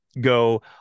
go